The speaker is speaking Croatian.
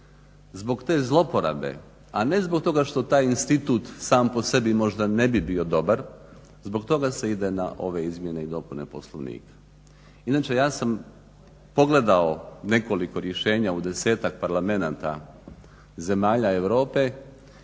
Zbog te zlouporabe, a ne zbog toga što taj institut sam po sebi možda ne bi bio dobar zbog toga se ide na ove izmjene i dopune Poslovnika. Inače, ja sam pogledao nekoliko rješenja u desetak parlamenata zemalja Europe